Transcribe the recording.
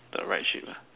the right ship lah